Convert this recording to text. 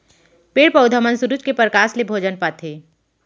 पेड़ पउधा मन सुरूज के परकास ले भोजन पाथें